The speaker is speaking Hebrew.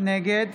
נגד